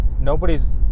nobody's